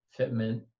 fitment